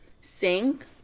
sink